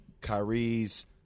Kyrie's